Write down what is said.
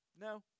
no